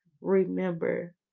remember